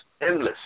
endless